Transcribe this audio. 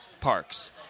Parks